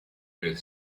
nel